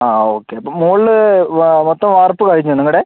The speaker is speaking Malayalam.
ആ ഓക്കെ അപ്പം മുകളിൽ മൊത്തം വാർപ്പ് കഴിഞ്ഞോ നിങ്ങളുടെ